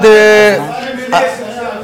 discrimination,